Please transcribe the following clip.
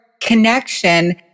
connection